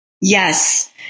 yes